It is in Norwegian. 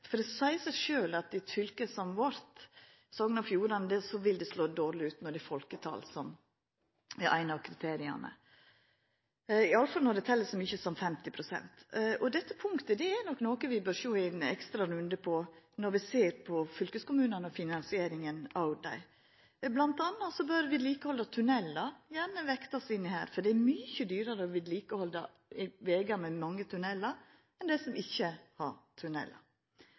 Det seier seg sjølv at for eit fylke som vårt, Sogn og Fjordane, ville det slå dårleg ut når det er folketalet som er eit av kriteria – i alle fall når det tel så mykje som 50 pst. Dette punktet er nok noko vi bør sjå på og ta ein ekstra runde på når vi ser på fylkeskommunane og finansieringa av dei. Vedlikehaldet av tunellar bør bl.a. gjerne vektast inn her. Det er mykje dyrare å vedlikehalda vegar med mange tunellar enn vegar som ikkje har tunellar.